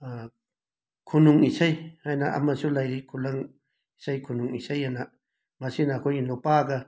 ꯈꯨꯅꯨꯡ ꯏꯁꯩ ꯍꯥꯏꯅ ꯑꯃꯁꯨ ꯂꯩꯔꯤ ꯈꯨꯂꯪ ꯏꯁꯩ ꯈꯨꯅꯨꯡ ꯏꯁꯩ ꯑꯅ ꯃꯁꯤꯅ ꯑꯩꯈꯣꯏꯒꯤ ꯅꯨꯄꯥꯒ